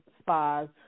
spas